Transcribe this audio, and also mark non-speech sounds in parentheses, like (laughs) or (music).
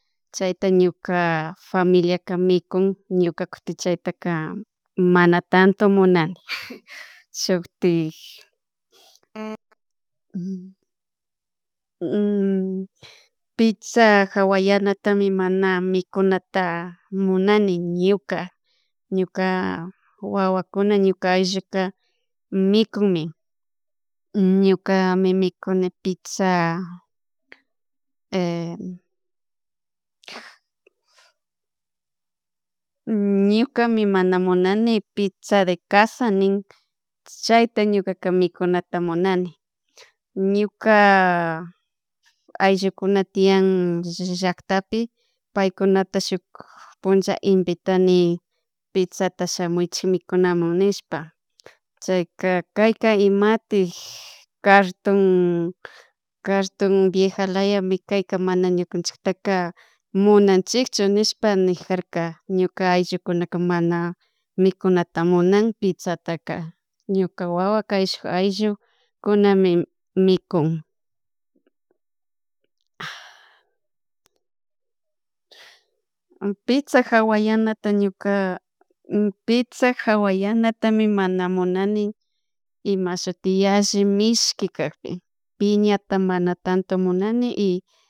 Chayata ñuka familiaka mikun, ñukaka chaytaka mana tanto munani, (laughs) shuktik (hesitation) pizza hawanatami mana mikunata munani ñuka, ñuka wawakuna ñuka aylluka mikunmi, ñukami mikuni pizza (hesitation) (noise) ñukami mana munani pizza de casa nin chayta ñukaka mikunata munani, ñuka ayllukuna tian llaktapi, paykunata shuk punlla invitani pizzata shamuychik mikunamun nishpa chayka, kayka imatik carton, carton viejalayami kayka mana ñucanchikta munanchikchu nishpak nijarka ñuka ayllukunata mana mikunata munan pizataka ñuka wawa cayshuk ayllukunami mikun. (hesitation) Pizza hawayanata ñuka pizza hawayanata mana munani ima shuti yalli mishki kakpi piñata mana tanto munani Y